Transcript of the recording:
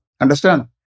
understand